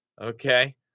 Okay